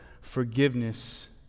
forgiveness